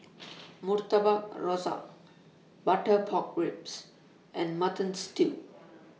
Murtabak Rusa Butter Pork Ribs and Mutton Stew